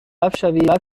داوطلب